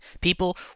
People